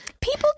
people